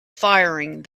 firing